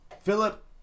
philip